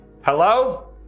Hello